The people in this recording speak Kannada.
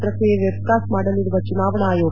ಪ್ರಕ್ರಿಯೆ ವೆಬ್ಕಾಸ್ಟ್ ಮಾಡಲಿರುವ ಚುನಾವಣಾ ಆಯೋಗ